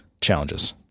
challenges